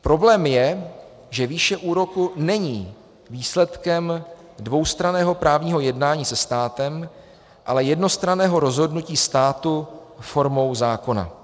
Problém je, že výše úroku není výsledkem dvoustranného právního jednání se státem, ale jednostranného rozhodnutí státu formou zákona.